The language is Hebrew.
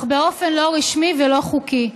אך באופן לא רשמי ולא חוקי.